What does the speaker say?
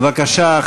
בבקשה,